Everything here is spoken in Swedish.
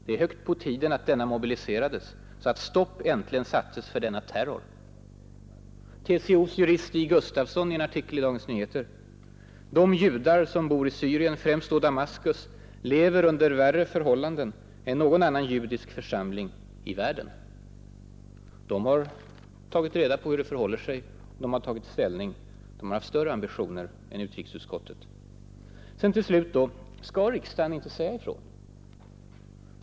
Det är högt på tiden att denna mobiliserades 13 april 1972 så att stopp äntligen sattes för denna terror.” =S TCO:s jurist Stig Gustafsson säger i en artikel i Dagens Nyheter: ”De ra RR judar som bor i Syrien, främst då Damaskus, lever under värre i Syriens politi förhållanden än någon annan judisk församling i världen.” Dessa personer har tagit reda på hur det förhåller sig och de har tagit ställning. De har alltså haft större ambitioner än utrikesutskottet. Till slut: Skall riksdagen då inte säga ifrån?